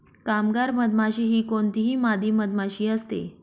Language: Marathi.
कामगार मधमाशी ही कोणतीही मादी मधमाशी असते